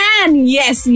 Yes